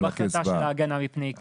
לא בהחלטה של ההגנה מפני עיקול.